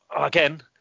again